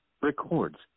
records